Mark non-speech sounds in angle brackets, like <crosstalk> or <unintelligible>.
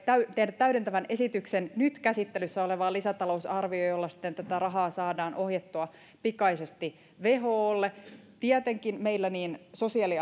tehdä täydentävän esityksen nyt käsittelyssä olevaan lisätalousarvioon jolla sitten tätä rahaa saadaan ohjattua pikaisesti wholle tietenkin meillä niin sosiaali <unintelligible>